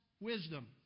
wisdom